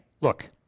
look